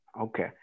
Okay